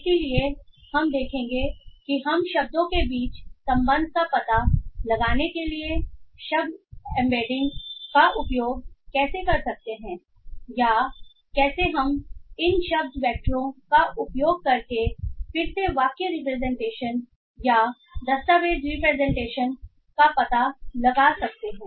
इसलिए हम देखेंगे कि हम शब्दों के बीच संबंध का पता लगाने के लिए शब्द एम्बेडिंग का उपयोग कैसे कर सकते हैं या कैसे हम इन शब्द वैक्टरों का उपयोग करके फिर से वाक्य रिप्रेजेंटेशन या दस्तावेज रिप्रेजेंटेशन का पता लगा सकते हैं